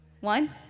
one